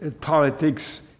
Politics